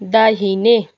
दाहिने